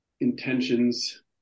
intentions